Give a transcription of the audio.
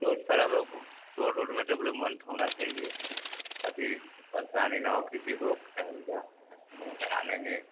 road सड़क road ओड में डेवलवमेंट होना चाहिए ताकि परेशानी न हो किसी को कहीं जाने में आने में